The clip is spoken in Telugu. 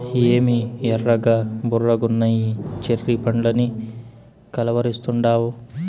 ఏమి ఎర్రగా బుర్రగున్నయ్యి చెర్రీ పండ్లని కలవరిస్తాండావు